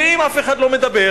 ואם אף אחד לא מדבר,